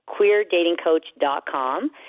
QueerDatingCoach.com